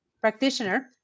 practitioner